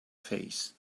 face